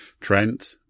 Trent